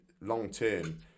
long-term